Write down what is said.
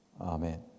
Amen